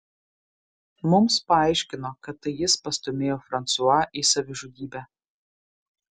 mums paaiškino kad tai jis pastūmėjo fransua į savižudybę